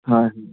হয়